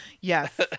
Yes